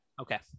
okay